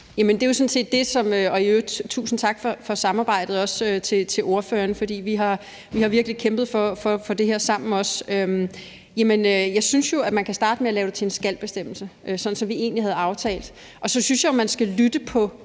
det er jo det. Jeg vil i øvrigt også sige tusind tak til ordføreren for samarbejdet, for vi har virkelig kæmpet for det her sammen. Jeg synes jo, at man kan starte med at lave det til en »skal«-bestemmelse, sådan som vi egentlig havde aftalt, og så synes jeg, at man skal lytte